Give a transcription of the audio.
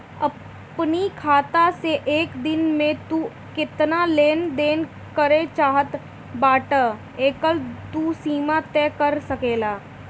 अपनी खाता से एक दिन में तू केतना लेन देन करे चाहत बाटअ एकर तू सीमा तय कर सकेला